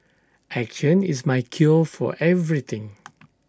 action is my cure for everything